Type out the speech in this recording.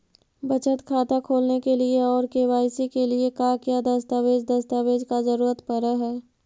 बचत खाता खोलने के लिए और के.वाई.सी के लिए का क्या दस्तावेज़ दस्तावेज़ का जरूरत पड़ हैं?